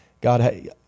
God